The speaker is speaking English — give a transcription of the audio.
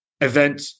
event